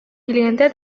килгәндә